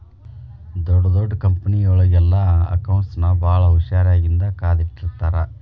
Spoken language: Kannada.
ಡೊಡ್ ದೊಡ್ ಕಂಪನಿಯೊಳಗೆಲ್ಲಾ ಅಕೌಂಟ್ಸ್ ನ ಭಾಳ್ ಹುಶಾರಿನ್ದಾ ಕಾದಿಟ್ಟಿರ್ತಾರ